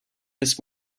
this